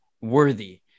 worthy